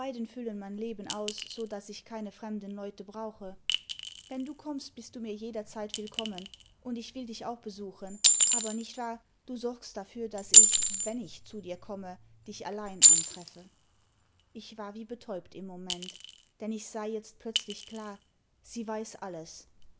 füllen mein leben aus so daß ich keine fremden leute brauche wenn du kommst bist du mir jederzeit willkommen und ich will dich auch besuchen aber nicht wahr du sorgst dafür daß ich wenn ich zu dir komme dich allein antreffe ich war wie betäubt im moment denn ich sah jetzt plötzlicih klar sie weiß alles